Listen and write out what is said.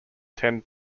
tend